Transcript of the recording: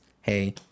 Hey